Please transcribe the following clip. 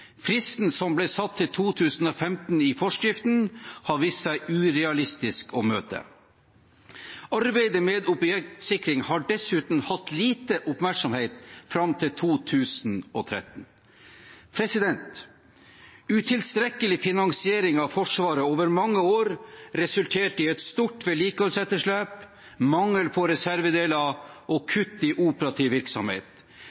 Fristen som ble satt til 2015 i forskriften, har vist seg urealistisk å møte. Arbeidet med objektsikring har dessuten hatt lite oppmerksomhet fram til 2013. Utilstrekkelig finansiering av Forsvaret over mange år resulterte i et stort vedlikeholdsetterslep, mangel på reservedeler og